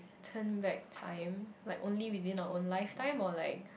turn back time like only within our own lifetime or like